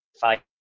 fight